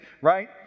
right